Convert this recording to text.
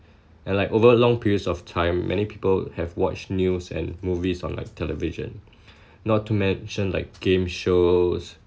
very difficult to break from this tradition and like over long periods of time many people have watched news and movies on like television not to mention like game shows